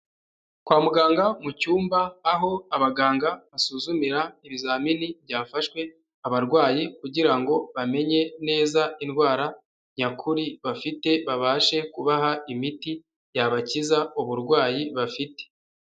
Kwa muganga mucyumba aho abaganga basuzumira ibizamini byafashwe abarwayi kugirango ngo bamenye neza indwara nyakuri bafite babashe kubaha imiti yabakiza uburwayi bafite.